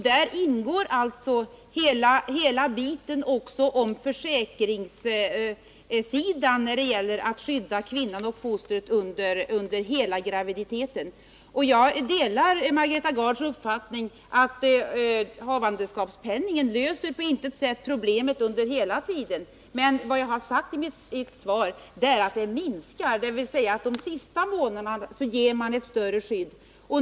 Däri ingår också den biten på försäkringssidan som gäller att skydda kvinnan och fostret under hela graviditeten. Jag delar Margareta Gards uppfattning att havandeskapspenningen på intet sätt löser problemet under hela tiden. Men vad jag har sagt i mitt svar är att den under de sista graviditetsmånaderna ger ett större skydd.